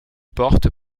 portes